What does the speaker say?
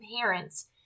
parents